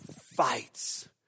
fights